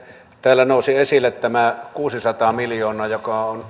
täällä nousi esille tämä kuusisataa miljoonaa joka on hallitukselta